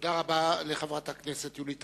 תודה רבה לחברת הכנסת יולי תמיר.